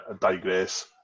digress